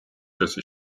წესი